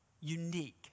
unique